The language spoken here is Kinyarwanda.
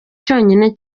cyonyine